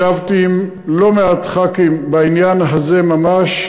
ישבתי עם לא מעט ח"כים בעניין הזה ממש,